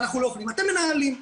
אתם מנהלים.